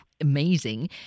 amazing